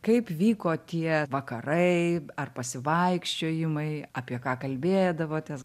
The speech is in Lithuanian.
kaip vyko tie vakarai ar pasivaikščiojimai apie ką kalbėdavotės